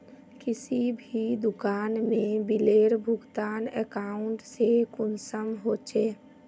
किसी भी दुकान में बिलेर भुगतान अकाउंट से कुंसम होचे?